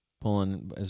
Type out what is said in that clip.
pulling